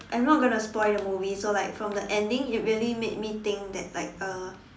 I'm not gonna spoil the movie so like from the ending it really made me think that like uh